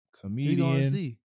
comedian